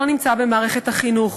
לא נמצא במערכת החינוך.